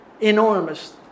enormous